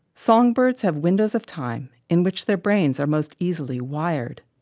songbirds have windows of time in which their brains are most easily wired.